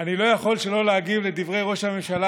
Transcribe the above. אני לא יכול שלא להגיב לדברי ראש הממשלה,